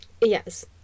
Yes